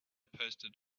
posted